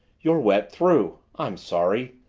you're wet through i'm sorry,